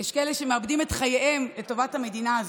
יש כאלה שמאבדים את חייהם לטובת המדינה הזאת,